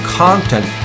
content